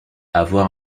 avoir